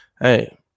hey